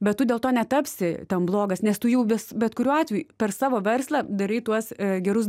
bet tu dėl to netapsi ten blogas nes tu jau ves bet kuriuo atveju per savo verslą darai tuos gerus